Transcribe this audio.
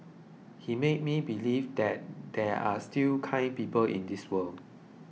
he made me believe that there are still kind people in this world